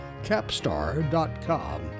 Capstar.com